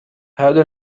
هذا